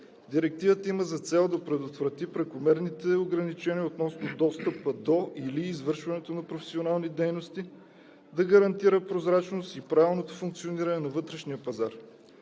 Директивата има за цел да предотврати прекомерните ограничения относно достъпа до или извършването на професионални дейности, да гарантира прозрачност и правилното функциониране на вътрешния пазар.